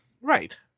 Right